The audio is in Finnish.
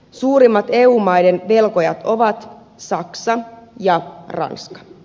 suurimmat eu maiden velkojat ovat saksa ja ranska